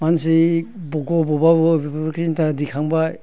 मानसि माखौबा माखौबा बेफोरखौ दा दिखांबाय